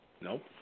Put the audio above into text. Nope